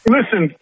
Listen